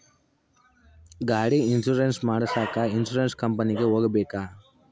ಗಾಡಿ ಇನ್ಸುರೆನ್ಸ್ ಮಾಡಸಾಕ ಇನ್ಸುರೆನ್ಸ್ ಕಂಪನಿಗೆ ಹೋಗಬೇಕಾ?